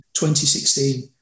2016